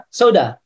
soda